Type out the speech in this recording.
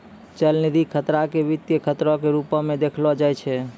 चलनिधि खतरा के वित्तीय खतरो के रुपो मे देखलो जाय छै